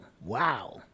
Wow